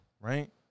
Right